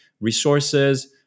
resources